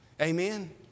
Amen